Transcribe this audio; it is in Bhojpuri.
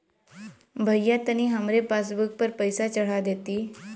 भईया तनि हमरे पासबुक पर पैसा चढ़ा देती